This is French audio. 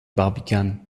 barbicane